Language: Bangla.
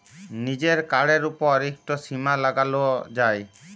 লিজের কাড়ের উপর ইকট সীমা লাগালো যায়